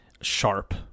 sharp